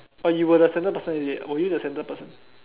oh you were the centre person is it were you the centre person